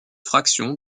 fraction